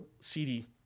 CD